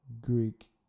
Greek